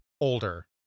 older